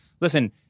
listen